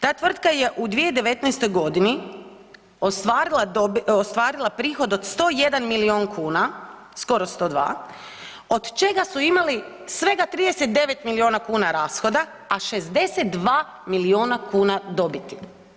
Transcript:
Ta tvrtka je u 2019. g. ostvarila prihod od 101 milijun kuna, skoro 102, od čega su imali svega 39 milijuna kuna rashoda, a 62 milijuna kuna dobiti.